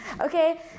okay